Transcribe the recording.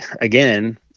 again